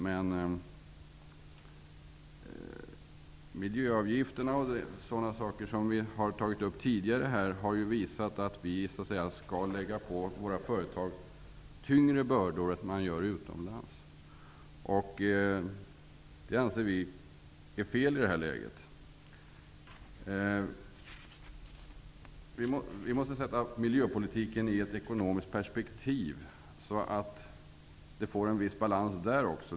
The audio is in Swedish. Men miljöavgifterna och annat som vi har tagit upp tidigare här visar att vi skall lägga tyngre bördor på våra företag än som sker utomlands. Vi anser att detta är fel i nuvarande läge. Vi måste se miljöpolitiken i ett ekonomiskt perspektiv för att få en viss balans där också.